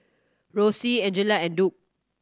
Roxie Angela and Duke